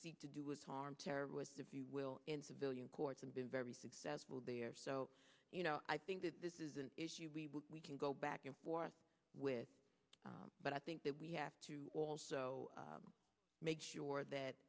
seek to do is harm terror if you will in civilian courts and been very successful there so you know i think that this is an issue we can go back and forth with but i think that we have to also make sure that